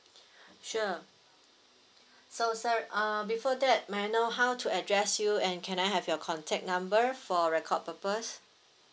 sure so sir uh before that may I know how to address you and can I have your contact number for record purpose